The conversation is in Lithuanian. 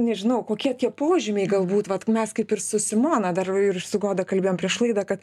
nežinau kokie tie požymiai galbūt vat mes kaip ir su simona dar ir su goda kalbėjom prieš laidą kad